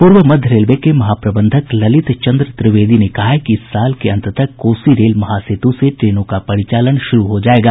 पूर्व मध्य रेलवे के महाप्रबंधक ललित चंद्र त्रिवेदी ने कहा है कि इस साल के अंत तक कोसी रेल महासेत् से ट्रेनों का परिचालन शुरू हो जायेगा